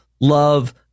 love